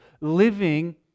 living